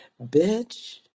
Bitch